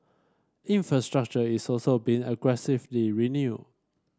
infrastructure is also being aggressively renewed